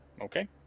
Okay